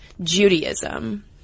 Judaism